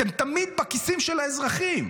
אתם תמיד בכיסים של האזרחים.